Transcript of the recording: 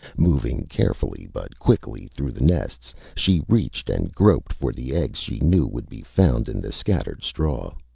moving carefully but quickly through the nests, she reached and groped for the eggs she knew would be found in the scattered straw.